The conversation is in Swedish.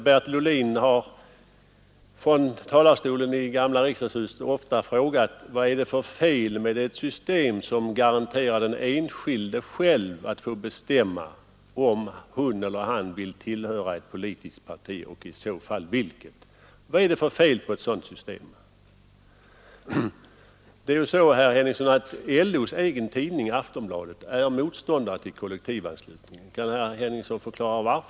Bertil Ohlin har från talarstolen i gamla riksdagshuset ofta frågat: Vad är det för fel med ett system som garanterar den enskilde själv att få bestämma om hon eller han vill tillhöra ett politiskt parti och i så fall vilket? Vad är det för fel på ett sådant system? LO:s egen tidning Aftonbladet är motståndare till kollektivanslutningen. Kan herr Henningsson förklara detta?